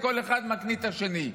וכל אחד מקניט את השני,